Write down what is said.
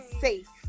safe